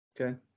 okay